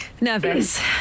Nervous